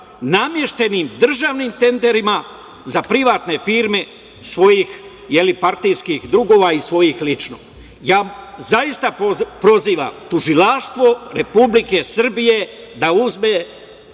nameštenim državnim tenderima za privatne firme svojih partijskih drugova i svojih lično. Zaista prozivam Tužilaštvo Republike Srbije da uzme